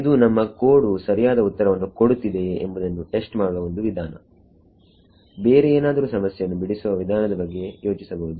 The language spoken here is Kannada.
ಇದು ನಿಮ್ಮ ಕೋಡ್ ವು ಸರಿಯಾದ ಉತ್ತರವನ್ನು ಕೊಡುತ್ತಿದೆಯೇ ಎಂಬುದನ್ನು ಟೆಸ್ಟ್ ಮಾಡುವ ಒಂದು ವಿಧಾನ ಬೇರೆ ಏನಾದರು ಸಮಸ್ಯೆಯನ್ನು ಬಿಡಿಸುವ ವಿಧಾನದ ಬಗ್ಗೆ ಯೋಚಿಸಬಹುದು